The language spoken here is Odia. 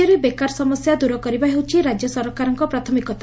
ରାଜ୍ୟରେ ବେକାର ସମସ୍ୟା ଦୂର କରିବା ହେଉଛି ରାଜ୍ୟ ସରକାରଙ୍କ ପ୍ରାଥମିକତା